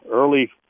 early